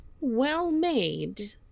well-made